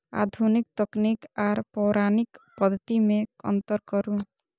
आधुनिक तकनीक आर पौराणिक पद्धति में अंतर करू?